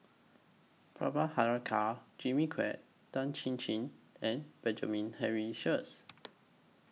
Jimmy Quek Tan Chin Chin and Benjamin Henry Sheares